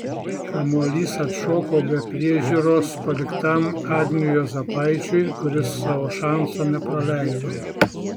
kamuolys atšoko be priežiūros paliktam agniui juozapaičiui kuris savo šanso nepraleido